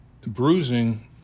bruising